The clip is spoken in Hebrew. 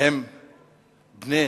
הם בני